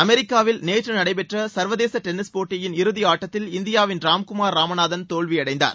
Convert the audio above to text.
அமெரிக்காவில் நேற்று நடைபெற்ற சர்வதேச டென்னிஸ் போட்டியின் இறுதி ஆட்டத்தில் இந்தியாவின் ராம்குமார் ராமநாதன் தோல்வி அடைந்தார்